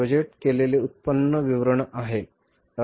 तर हे बजेट केलेले उत्पन्न विवरण आहे